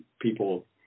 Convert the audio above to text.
people